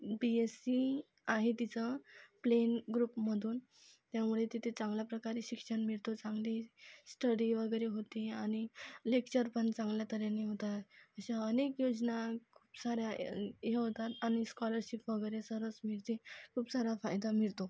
बी Sc आहे तिचं plain ग्रुपमधून त्यामुळे तिथे चांगल्या प्रकारे शिक्षण मिळतो चांगली स्टडी वगैरे होती आणि लेक्चर पण चांगल्या तऱ्हेने होतात अशा अनेक योजना साऱ्या हे होतात आणि स्कॉलरशिप वगैरे सर्वच मिळते खूप सारा फायदा मिळतो